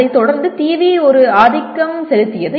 அதைத் தொடர்ந்து டிவி ஒரு ஆதிக்கம் செலுத்தியது